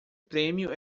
prêmio